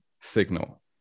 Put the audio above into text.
signal